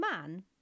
man